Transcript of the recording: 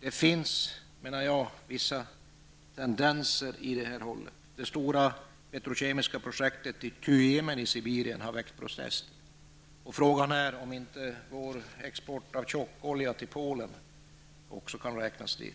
Jag menar att det finns vissa tendenser till en sådan utveckling. Det stora petrokemiska projektet i Tyumen i Sibirien har väckt protester, och frågan är om vår export av tjockolja till Polen kan anses höra hemma här.